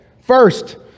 First